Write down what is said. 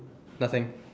nothing